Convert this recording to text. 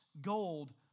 gold